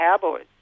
cowboys